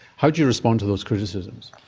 how do you respond to those criticisms?